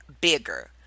bigger